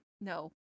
No